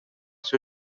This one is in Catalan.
seu